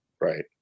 Right